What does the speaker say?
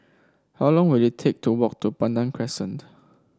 how long will it take to walk to Pandan Crescent